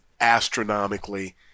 astronomically